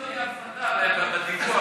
שלא תהיה הפרדה בדיווח,